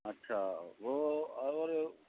اچھا وہ اور